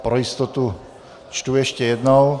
Pro jistotu to čtu ještě jednou.